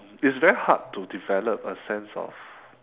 it's very hard to develop a sense of